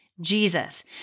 Jesus